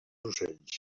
ocells